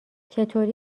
چطوری